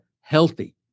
healthy